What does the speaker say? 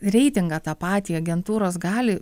reitingą tą patį agentūros gali